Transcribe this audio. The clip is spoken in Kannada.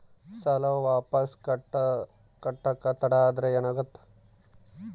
ಸಾಲ ವಾಪಸ್ ಕಟ್ಟಕ ತಡ ಆದ್ರ ಏನಾಗುತ್ತ?